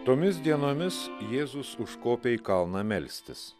tomis dienomis jėzus užkopė į kalną melstis